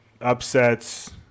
upsets